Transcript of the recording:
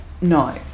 No